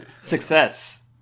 Success